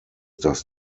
das